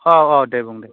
औ औ दे बुं दे